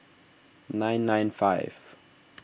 nine nine five